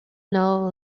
now